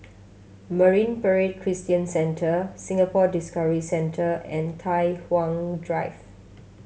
Marine Parade Christian Centre Singapore Discovery Centre and Tai Hwan Drive